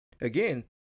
again